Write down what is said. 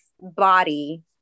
body